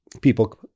People